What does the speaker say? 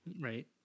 Right